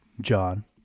John